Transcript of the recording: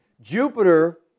Jupiter